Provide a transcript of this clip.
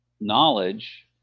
knowledge